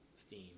Steam